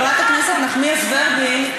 חברת הכנסת נחמיאס ורבין,